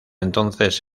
entonces